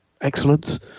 excellence